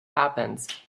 happens